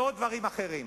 ועוד דברים אחרים.